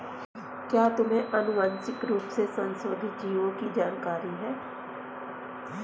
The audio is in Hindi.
क्या तुम्हें आनुवंशिक रूप से संशोधित जीवों की जानकारी है?